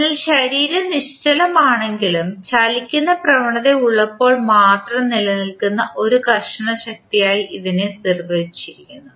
അതിനാൽ ശരീരം നിശ്ചലമാണെങ്കിലും ചലിക്കുന്ന പ്രവണത ഉള്ളപ്പോൾ മാത്രം നിലനിൽക്കുന്ന ഒരു ഘർഷണ ശക്തിയായി ഇതിനെ നിർവചിച്ചിരിക്കുന്നു